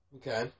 Okay